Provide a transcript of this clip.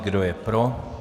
Kdo je pro?